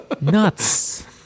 nuts